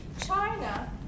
China